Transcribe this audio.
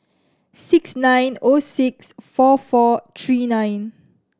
six nine O six four four three nine